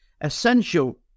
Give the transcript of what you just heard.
essential